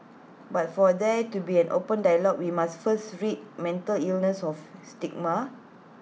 but for there to be an open dialogue we must first rid mental illness of its stigma